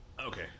okay